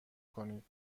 کنید